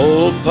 Old